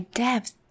depth